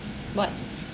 what